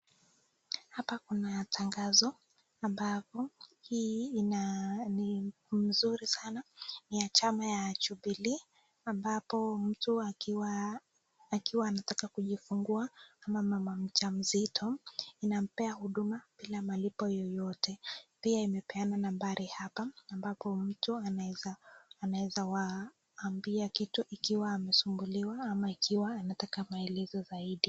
Hapa Kuna tangazo ambabo hii ni mzuri sana ya chama ya jubilee ambopa mtu akiwa anataka kujifungua ama mama mjausito inapea huduma maelezo.